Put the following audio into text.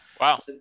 Wow